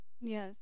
Yes